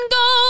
go